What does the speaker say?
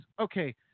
okay